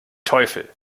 teufel